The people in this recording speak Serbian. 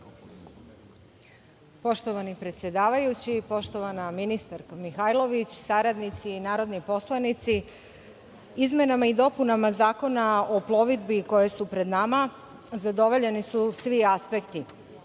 Poštovani predsedavajući, poštovana ministarko Mihajlović, saradnici i narodni poslanici, izmenama i dopunama Zakona o plovidbi koje su pred nama zadovoljeni su svi aspekti,